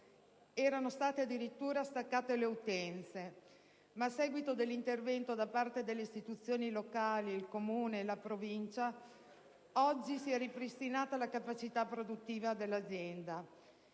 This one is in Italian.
erano state addirittura staccate le utenze. Ma, a seguito dell'intervento delle istituzioni locali (il Comune e la Provincia), oggi si è ripristinata la capacità produttiva dell'azienda.